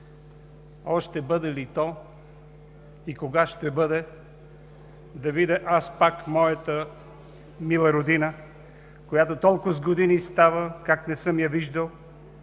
ще бъде ли то и кога ще бъде да видя аз пак моята мила родина, която толкоз години става как не съм я виждал?!